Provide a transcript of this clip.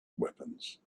weapons